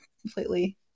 completely